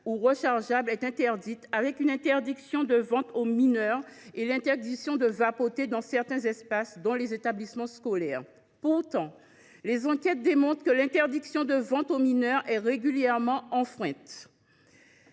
et qu’elle est assortie d’une interdiction de vente aux mineurs et d’une interdiction de vapoter dans certains espaces, dont les établissements scolaires. Pourtant, les enquêtes démontrent que l’interdiction de vente aux mineurs est régulièrement enfreinte.